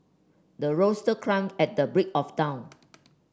the rooster crowd at the break of dawn